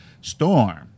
Storm